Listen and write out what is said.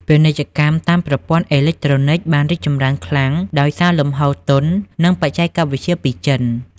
ពាណិជ្ជកម្មតាមប្រព័ន្ធអេឡិចត្រូនិក បានរីកចម្រើនខ្លាំងដោយសារលំហូរទុន និងបច្ចេកវិទ្យាពីចិន។